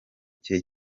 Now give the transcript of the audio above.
cye